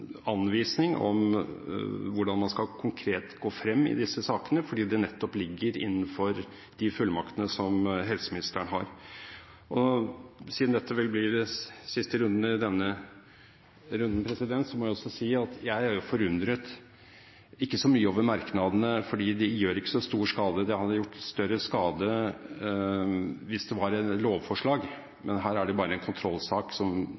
anvisning om hvordan man konkret skal gå frem i disse sakene, fordi det nettopp ligger innenfor de fullmaktene som helseministeren har. Og siden dette vel blir siste runden i denne runden, må jeg også si at jeg er forundret – ikke så mye over merknadene, for de gjør ikke så stor skade, det hadde gjort større skade hvis det var lovforslag, men her er det bare en kontrollsak som